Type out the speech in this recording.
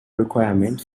requirement